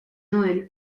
noël